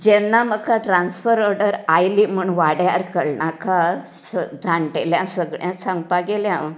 जेन्ना म्हाका transfer order आयली म्हण वाड्यार कळनाकां सग जाण्टेल्यांक सगळ्यांक सांगपाक गेलें हांव